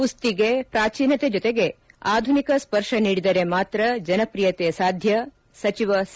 ಕುಸ್ತಿಗೆ ಪ್ರಾಚೀನತೆ ಜೊತೆಗೆ ಆಧುನಿಕ ಸ್ಪರ್ಶ ನೀಡಿದರೆ ಮಾತ್ರ ಜನಪ್ರಿಯತೆ ಸಾಧ್ಯ ಸಚಿವ ಸಿ